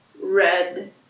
red